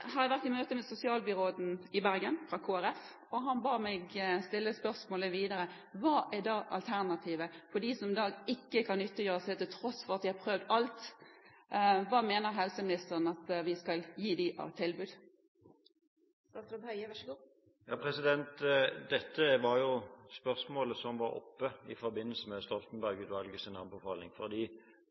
Jeg har vært i møte med sosialbyråden fra Kristelig Folkeparti i Bergen, og han ba meg stille spørsmålet videre: Hva er da alternativet for dem som ikke kan nyttiggjøre seg dette tilbudet, til tross for at de har prøvd alt? Hva mener helseministeren at vi skal gi dem av tilbud? Dette var spørsmålet som var oppe i forbindelse med Stoltenberg-utvalgets anbefaling.